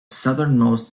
southernmost